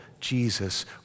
Jesus